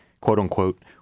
quote-unquote